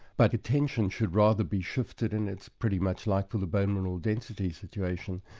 but attention should rather be shifted, and it's pretty much like for the bone mineral density situation,